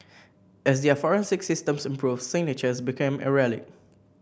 as their forensic systems improved signatures became a relic